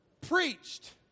preached